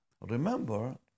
remember